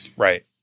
Right